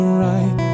right